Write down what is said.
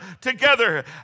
together